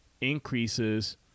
increases